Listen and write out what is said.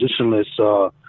positionless